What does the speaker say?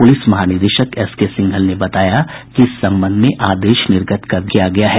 police महानिदेशक SK Singhal ने बताया कि इस संबंध में आदेश निर्गत कर दिया गया है